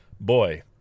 Boy